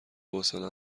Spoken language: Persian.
حوصله